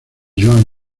joan